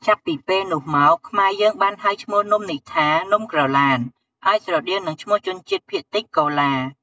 ចាប់ពីពេលនោះមក ខ្មែរយើងបានហៅឈ្មោះនំនេះថា "នំក្រឡាន" ឱ្យស្រដៀងនឹងឈ្មោះជនជាតិភាគតិចកូឡា។